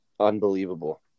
Unbelievable